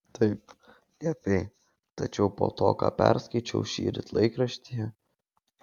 taip liepei tačiau po to ką perskaičiau šįryt laikraštyje